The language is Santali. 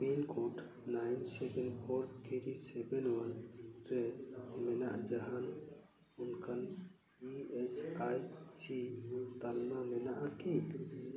pin code nine seven four three seven one ᱨᱮ ᱢᱮᱱᱟᱜᱼᱟ ᱡᱟᱦᱟᱱ ᱚᱱᱠᱟᱱ ᱤ ᱮᱹᱥ ᱟᱭ ᱥᱤ ᱛᱟᱞᱢᱟ ᱢᱮᱱᱟᱜᱼᱟ ᱠᱤ